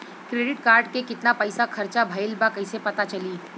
Credit card के कितना पइसा खर्चा भईल बा कैसे पता चली?